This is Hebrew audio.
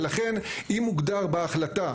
ולכן, אם מוגדר בהחלטה